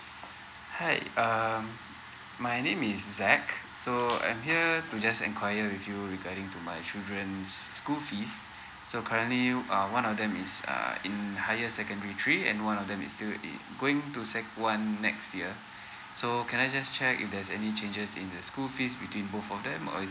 hi um my name is zack so I'm here to just enquire with you regarding to my children's school fees so currently um one of them is err in higher secondary three and one of them is still it going to sec one next year so can I just check if there's any changes in the school fees between both of them or is it